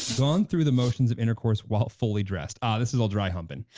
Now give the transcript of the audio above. gone through the motions of intercourse while fully dressed, ah, this is old dry humping.